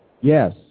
Yes